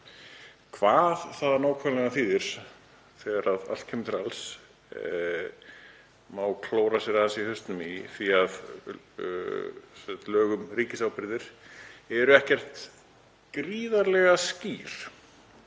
Hvað það nákvæmlega þýðir þegar allt kemur til alls má klóra sér aðeins í hausnum yfir því að lög um ríkisábyrgðir eru ekkert gríðarlega skýr.